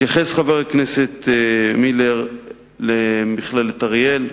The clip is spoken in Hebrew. התייחס חבר הכנסת מילר למכללת אריאל.